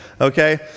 okay